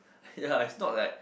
ya it's not like